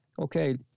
Okay